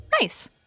Nice